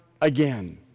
again